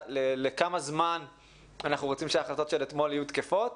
לכמה זמן אנחנו רוצים שהחלטות של אתמול יהיו תקפות.